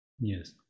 Yes